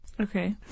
Okay